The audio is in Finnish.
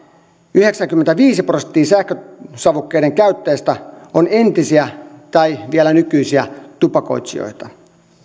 yhdeksänkymmentäviisi prosenttia sähkösavukkeiden käyttäjistä on entisiä tai vielä nykyisiä tupakoitsijoita